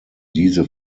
diese